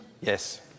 Yes